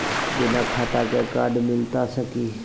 बिना खाता के कार्ड मिलता सकी?